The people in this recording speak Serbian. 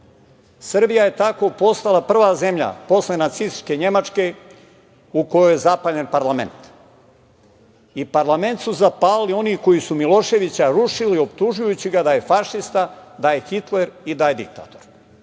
Srbija je tako postala prva zemlja posle nacističke Nemačke u kojoj je zapaljen parlament. Parlament su zapalili oni koji su Miloševića rušili optužujući ga da je fašista, da je Hitler i da je diktator.